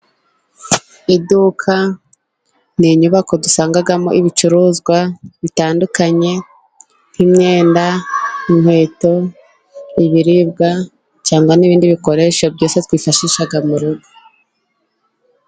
Iduka ni inyubako dusangamo ibicuruzwa bitandukanye, nk' imyenda, inkweto, ibiribwa cyangwa n' ibindi bikoresho byose twifashisha mu rugo.